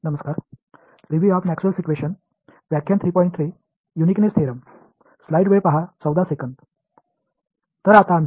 எனவே எலெக்ட்ரோமேக்னெட்டிக்ஸில் யூனிக்னஸ் தேற்றத்தின் விவாதத்துடன் நம்முடைய பாடத்தை தொடருவோம்